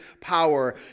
power